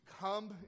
come